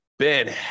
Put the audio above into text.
Ben